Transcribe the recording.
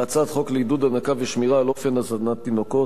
בהצעת חוק לעידוד הנקה ושמירה על אופן הזנת תינוקות,